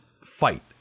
fight